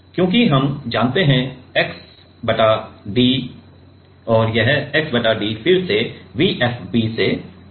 क्योंकि हम जानते हैं कि यह x बटा d है और यह x बटा d फिर से V FB से संबंधित है